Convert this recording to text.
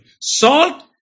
Salt